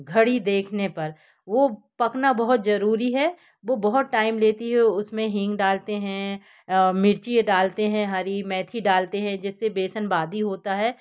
घड़ी देखने पर वो पकना बहुत ज़रूरी है वो बहुत टाइम लेती है उस में हींग डालते हैं मिर्ची डालते हैं हरी मैथी डालते हैं जिससे बेसन बादी होता है